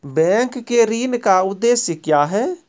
Bank के ऋण का उद्देश्य क्या हैं?